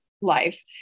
life